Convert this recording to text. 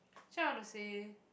actually I want to say